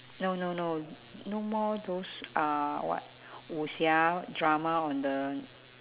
no no no no more those uh what wuxia drama on the